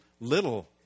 little